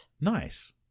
Nice